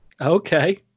Okay